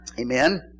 Amen